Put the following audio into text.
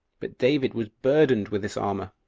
but david was burdened with his armor,